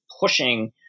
pushing